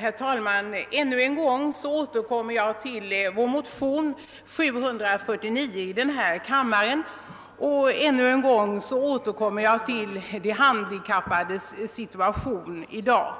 Herr talman! Ännu en gång återkommer jag till vår motion II: 749 och till de handikappades situation i dag.